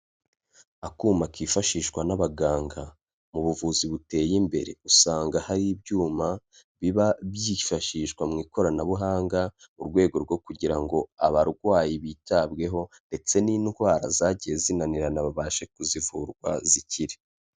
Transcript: Akuma kifashishwa n'abaganga, mu buvuzi buteye imbere usanga hari ibyuma biba byifashishwa mu ikoranabuhanga, mu rwego rwo kugira ngo abarwayi bitabweho ndetse n'indwara zagiye zinanirana babashe kuzivura zikire.